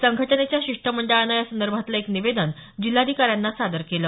संघटनेच्या शिष्टमंडळानं या संदर्भातलं एक निवेदन जिल्हाधिकाऱ्यांना काल सादर केलं